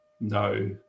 no